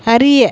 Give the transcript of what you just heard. அறிய